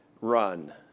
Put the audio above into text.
run